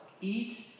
Eat